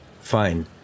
Fine